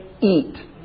eat